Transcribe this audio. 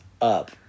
up